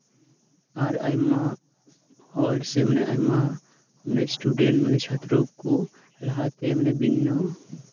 ᱟᱨ ᱟᱭᱢᱟ ᱦᱚᱲ ᱥᱮ ᱟᱭᱢᱟ ᱢᱟᱱᱮ ᱥᱴᱩᱰᱮᱱᱴ ᱢᱟᱱᱮ ᱪᱷᱟᱛᱛᱨᱚ ᱠᱚ ᱞᱟᱦᱟᱛᱮ ᱢᱟᱱᱤᱵ